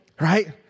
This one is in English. Right